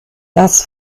das